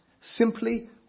simply